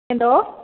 എന്തോ